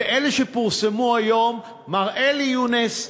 ואלה שפורסמו היום: מר אלי יונס,